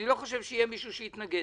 אני לא חושב שיהיה מישהו שיתנגד